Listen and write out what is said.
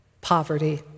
poverty